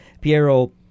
Piero